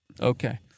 okay